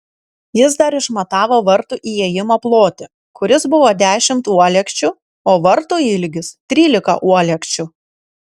jis dar išmatavo vartų įėjimo plotį kuris buvo dešimt uolekčių o vartų ilgis trylika uolekčių